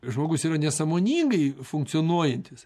žmogus yra nesąmoningai funkcionuojantis